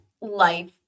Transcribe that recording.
life